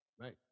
right